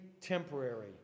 temporary